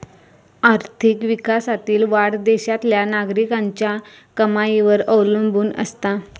आर्थिक विकासातील वाढ देशातल्या नागरिकांच्या कमाईवर अवलंबून असता